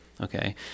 okay